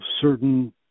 certain